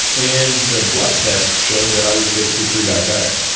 and the blood tests showed that i was basically pre-diabetic.